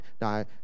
Now